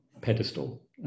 pedestal